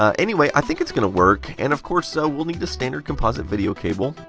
um anyway, i think it's going to work. and of course, so we'll need a standard composite video cable.